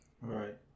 Right